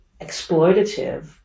exploitative